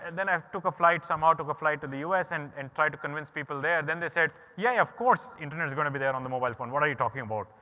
and i took a flight, some out of a flight to the us and and try to convince people there then they said, yeah, of course internet is going to be there on the mobile phone. what are you talking about?